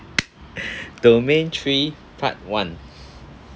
domain three part one